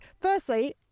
Firstly